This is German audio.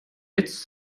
jetzt